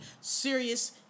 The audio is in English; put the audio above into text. serious